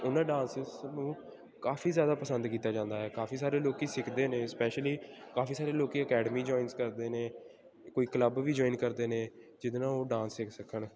ਉਹਨਾਂ ਡਾਂਸਿਸ ਨੂੰ ਕਾਫੀ ਜ਼ਿਆਦਾ ਪਸੰਦ ਕੀਤਾ ਜਾਂਦਾ ਹੈ ਕਾਫੀ ਸਾਰੇ ਲੋਕ ਸਿੱਖਦੇ ਨੇ ਸਪੈਸ਼ਲੀ ਕਾਫੀ ਸਾਰੇ ਲੋਕ ਅਕੈਡਮੀ ਜੋਇਨਸ ਕਰਦੇ ਨੇ ਕੋਈ ਕਲੱਬ ਵੀ ਜੁਆਇਨ ਕਰਦੇ ਨੇ ਜਿਹਦੇ ਨਾਲ ਉਹ ਡਾਂਸ ਸਿੱਖ ਸਕਣ